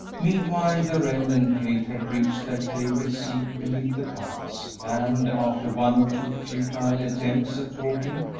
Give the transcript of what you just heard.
meanwhile, darrell and kate had reached their favorite seat beneath the pines and, after one or two futile attempts at talking,